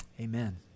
Amen